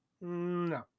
No